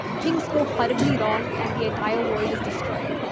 things go horribly wrong, and the entire world is destroyed,